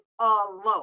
alone